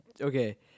okay